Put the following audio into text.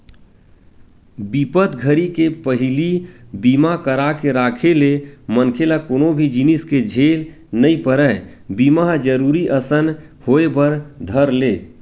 बिपत घरी के पहिली बीमा करा के राखे ले मनखे ल कोनो भी जिनिस के झेल नइ परय बीमा ह जरुरी असन होय बर धर ले